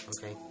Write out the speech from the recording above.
Okay